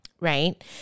right